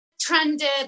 trended